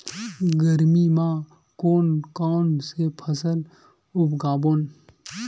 गरमी मा कोन कौन से फसल उगाबोन?